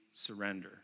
Surrender